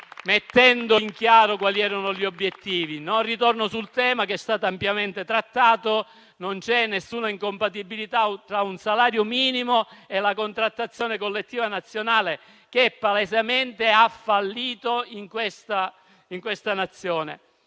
mettendo in chiaro quali erano gli obiettivi. Non ritorno sul tema, che è stato ampiamente trattato; non c'è alcuna incompatibilità tra il salario minimo e la contrattazione collettiva nazionale, che palesemente ha fallito in questa Nazione.